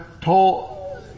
told